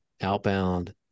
outbound